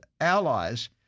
allies